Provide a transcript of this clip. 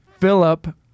Philip